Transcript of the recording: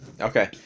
Okay